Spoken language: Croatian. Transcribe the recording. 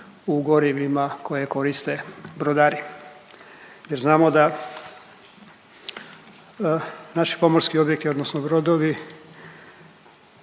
u gorivima koje koriste brodari. Znamo da naši pomorski objekti odnosno brodovi